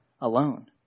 alone